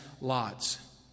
lots